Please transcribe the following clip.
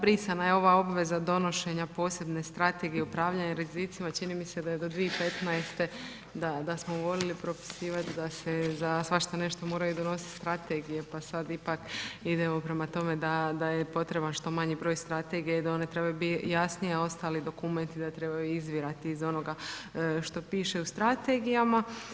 Brisana je ova obveza donošenja posebne strategije upravljanja rizicima, čini mi se da je do 2015., da smo voljeli propisivati da se za svašta nešto moraju donositi strategije pa sad ipak idemo prema tome da je potrebno što manje broj strategija i da one trebaju biti jasnije a ostali dokumenti da trebaju izvirati iz onoga što piše u strategijama.